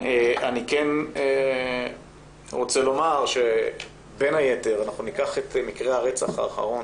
כן רוצה לומר שבין היתר אנחנו ניקח את מקרה הרצח האחרון,